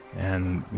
and,